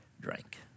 drank